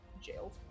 jailed